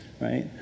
right